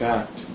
act